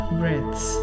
breaths